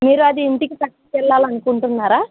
మీరు అది ఇంటికి పట్టుకువెళ్ళాలి అనుకుంటున్నారా